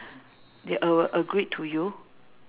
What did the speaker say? they a~ agreed to you